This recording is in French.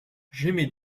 j’émets